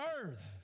earth